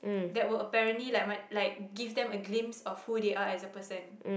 that will apparently like macam like give them a glimpse of who they are as a person